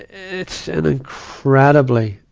it's an incredibly,